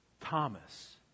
Thomas